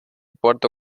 puerto